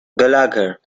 gallagher